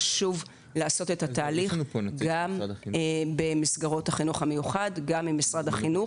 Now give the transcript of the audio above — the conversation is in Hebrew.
חשוב לעשות את התהליך גם במסגרות החינוך המיוחד וגם עם משרד החינוך.